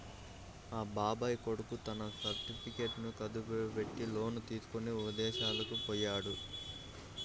మా బాబాయ్ కొడుకు తన సర్టిఫికెట్లను కుదువబెట్టి లోను తీసుకొని ఇదేశాలకు పొయ్యాడు